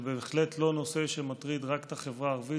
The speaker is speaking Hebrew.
זה בהחלט לא נושא שמטריד רק את החברה הערבית,